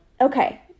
Okay